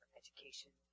education